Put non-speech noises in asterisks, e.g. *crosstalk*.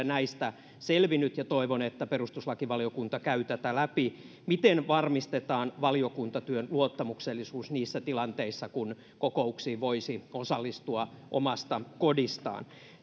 *unintelligible* näistä selvinnyt ja toivon että perustuslakivaliokunta käy läpi tätä miten varmistetaan valiokuntatyön luottamuksellisuus niissä tilanteissa kun kokouksiin voisi osallistua omasta kodistaan